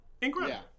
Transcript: Incredible